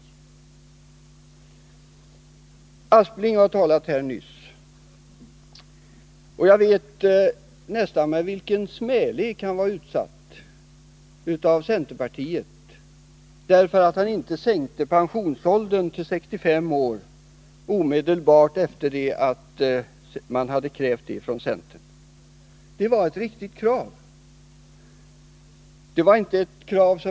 Sven Aspling har talat här nyss, och jag påminner mig hur han av centerpartiet nästan utsattes för smälek därför att han inte omedelbart stödde centerns krav på en säkning av pensionsåldern till 65 år. Det var i och för sig ett riktigt krav.